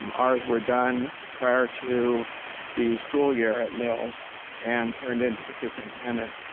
um ours were done prior to the school year at mills and turned into the superintendent,